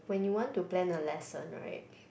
when you want to plan a lesson right